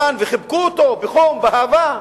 כאן, וחיבקו אותו בחום, באהבה.